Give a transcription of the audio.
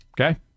Okay